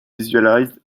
visualized